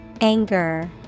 Anger